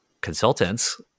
consultants